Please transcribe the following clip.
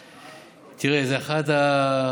אני, תראה, זה אחד הקשיים